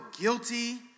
guilty